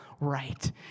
right